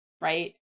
right